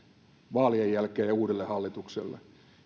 vaalien jälkeen uudelle hallitukselle